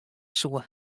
soe